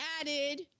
added